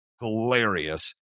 hilarious